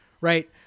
right